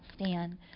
stand